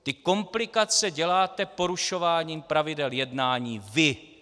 Ty komplikace děláte porušováním pravidel jednání vy.